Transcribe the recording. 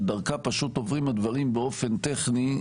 שדרכה פשוט עוברים הדברים באופן טכני,